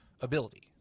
ability